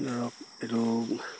ধৰক এইটো